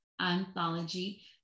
anthology